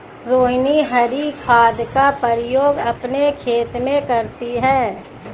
रोहिनी हरी खाद का प्रयोग अपने खेत में करती है